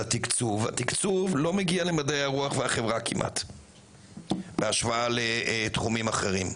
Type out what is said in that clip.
תקצוב לא מגיע למדעי הרוח והחברה כמעט בהשוואה לתחומים אחרים.